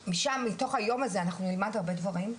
מתוך היום הזה אנחנו נלמד הרבה דברים,